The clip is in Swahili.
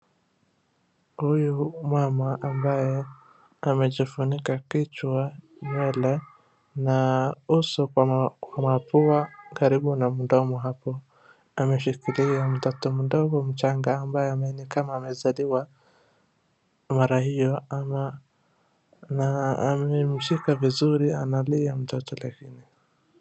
Huyu mama ambaye amejifunika kichwa, nywele pamoja na uso kwa mapua karibu na mdomo hapo, ameshikilia mtoto mdogo mchanga ambaye nikama amezaliwa mara hiyo na amemshika vizuri mtoto huyo na anamlea vizuri.